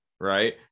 right